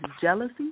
jealousy